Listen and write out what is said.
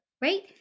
right